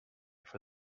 for